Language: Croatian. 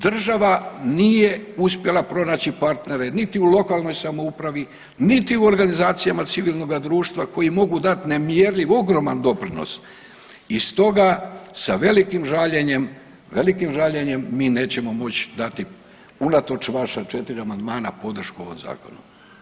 Država nije uspjela pronaći partnere niti u lokalnoj samoupravi, niti u organizacijama civilnoga društva koji mogu dati nemjerljiv, ogroman doprinos i stoga sa velikim žaljenjem, velikim žaljenjem mi nećemo moći dati, unatoč vaša 4 amandmana, podršku ovom Zakonu.